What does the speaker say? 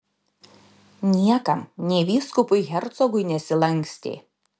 niekam nė vyskupui hercogui nesilankstė